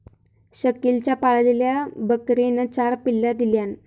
शकिलच्या पाळलेल्या बकरेन चार पिल्ला दिल्यान